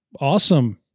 Awesome